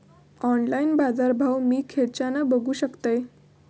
Online बाजारभाव मी खेच्यान बघू शकतय?